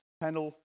panel